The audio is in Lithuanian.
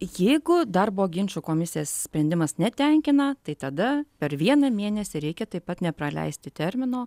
jeigu darbo ginčų komisijos sprendimas netenkina tai tada per vieną mėnesį reikia taip pat nepraleisti termino